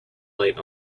light